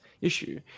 issue